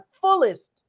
fullest